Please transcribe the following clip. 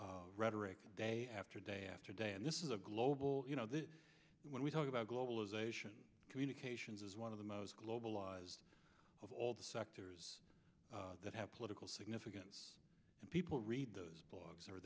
rhetoric day after day after day and this is a global you know that when we talk about globalization communications is one of the most globalized of all the sectors that have political significance and people read those blogs